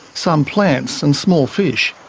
some plants and small fish.